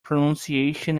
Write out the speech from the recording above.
pronunciation